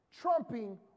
trumping